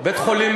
בית-החולים